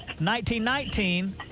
1919